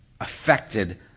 affected